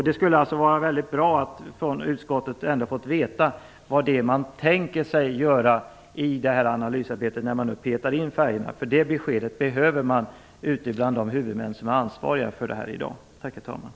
Det skulle vara bra att från utskottsmajoriteten få veta vad man tänker sig göra i det här analysarbetet, när man nu tar med färjorna där. Det beskedet behöver de huvudmän som i dag är ansvariga för dessa färjeleder.